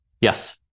Yes